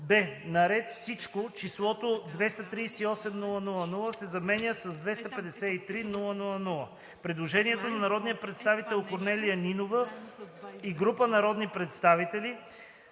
б) на ред „Всичко“ числото „238 000,0“ се заменя с „253 000,0“.“ Предложение на народния представител Корнелия Нинова и група народни представители.